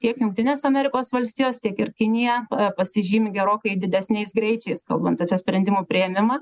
tiek jungtinės amerikos valstijos tiek ir kinija pasižymi gerokai didesniais greičiais kalbant apie sprendimų priėmimą